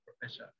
Professor